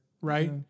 right